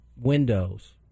windows